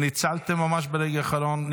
ניצלתם ברגע האחרון.